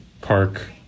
park